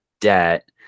debt